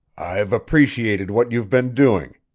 i've appreciated what you've been doing,